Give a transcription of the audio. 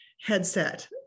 headset